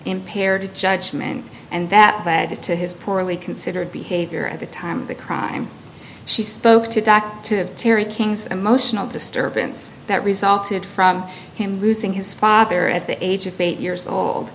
impaired judgment and that led to his poorly considered behavior at the time of the crime she spoke to dr to terry king's emotional disturbance that resulted from him losing his father at the age of eight years old